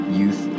youth